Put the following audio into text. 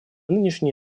нынешней